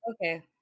Okay